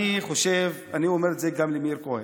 אני חושב, אני אומר זה גם למאיר כהן,